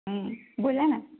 बोला ना